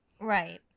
Right